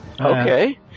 Okay